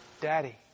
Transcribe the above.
Daddy